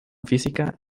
física